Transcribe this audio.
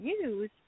use